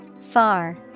Far